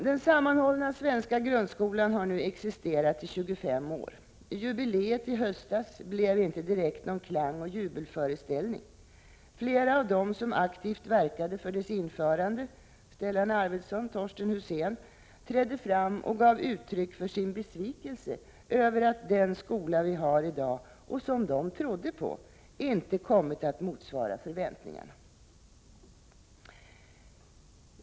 Den sammanhållna svenska grundskolan har nu existerat i 25 år. Jubileet i höstas blev inte någon direkt klangoch jubelföreställning. Flera av dem som aktivt verkade för dess införande — Stellan Arvidson, och Torsten Husén — trädde fram och gav uttryck för sin besvikelse över att den skola vi har i dag, och som de trodde på, inte har kommit att motsvara förväntningarna.